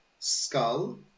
Skull